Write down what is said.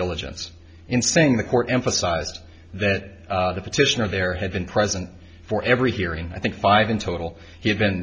diligence in saying the court emphasized that the petitioner there had been present for every hearing i think five in total he had been